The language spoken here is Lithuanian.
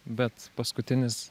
bet paskutinis